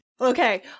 okay